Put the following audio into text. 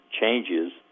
changes